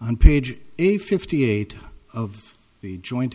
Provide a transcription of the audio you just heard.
on page eight fifty eight of the joint